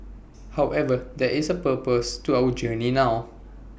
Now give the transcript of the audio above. however there is A purpose to our journey now